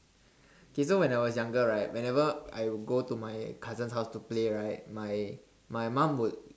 okay so when I was younger right whenever I'll go to my cousin's house to play right my my mum would